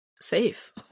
safe